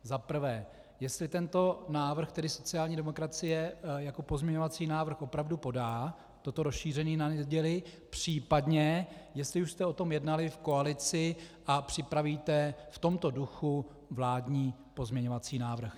Za prvé, jestli tento návrh tedy sociální demokracie jako pozměňovací návrh opravdu podá, toto rozšíření na neděli, případně jestli už jste o tom jednali v koalici a připravíte v tomto duchu vládní pozměňovací návrh.